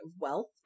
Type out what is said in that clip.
wealth